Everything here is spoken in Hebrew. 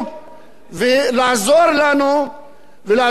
לעזור לתושבי המדינה ולחזק את האנשים שמאמינים